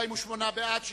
הצעת הוועדה